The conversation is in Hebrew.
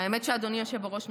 אדוני היושב-ראש,